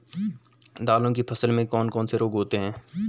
दालों की फसल में कौन कौन से रोग होते हैं?